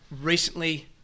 recently